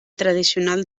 tradicional